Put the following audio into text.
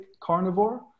carnivore